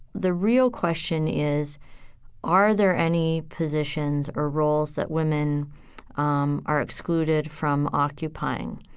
the real question is are there any positions or roles that women um are excluded from occupying?